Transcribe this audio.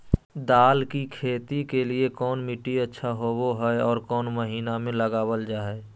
दाल की खेती के लिए कौन मिट्टी अच्छा होबो हाय और कौन महीना में लगाबल जा हाय?